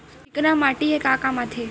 चिकना माटी ह का काम आथे?